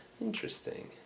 Interesting